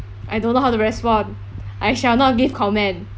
I don't know how to respond I shall not give comment